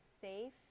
safe